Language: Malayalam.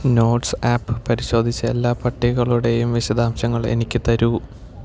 നോട്ട്സ് ആപ്പ് പരിശോധിച്ച് എല്ലാ പട്ടികകളുടെയും വിശദാംശങ്ങൾ എനിക്ക് തരൂ